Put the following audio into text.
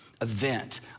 Event